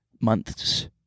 months